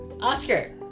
Oscar